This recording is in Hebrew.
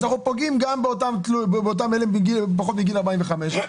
אז אנחנו פוגעים גם באותם אלה פחות מגיל 45,